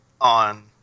on